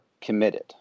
committed